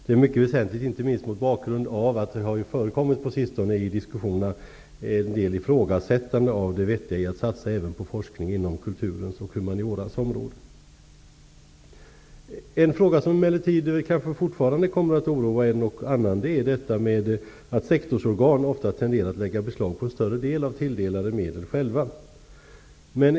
Det är mycket väsentligt, inte minst mot bakgrund av att det på sistone i diskussionerna har förekommit ifrågasättanden av det vettiga i att satsa även på forskning inom kulturens och humaniorans område. En annan fråga som emellertid kanske fortfarande kommer att oroa en och annan gäller att sektorsorgan ofta tenderar att lägga beslag på en större del av tilldelade medel själva.